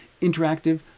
interactive